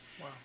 Wow